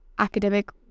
academic